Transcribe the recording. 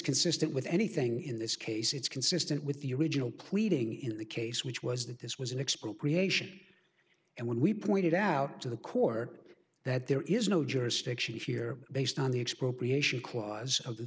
consistent with anything in this case it's consistent with the original pleading in the case which was that this was an expropriation and when we pointed out to the court that there is no jurisdiction here based on the expropriation clause of the